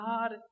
God